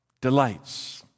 delights